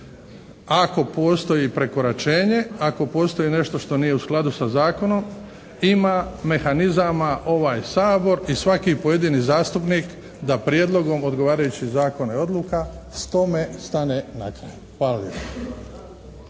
ako postoji prekoračenje, ako postoji nešto što nije u skladu sa zakonom, ima mehanizama ovaj Sabor i svaki pojedini zastupnik da prijedlogom odgovarajuće zakone odluka tome stane na kraj. Hvala lijepo.